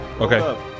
okay